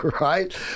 Right